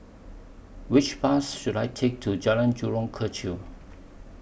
Which Bus should I Take to Jalan Jurong Kechil